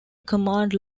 command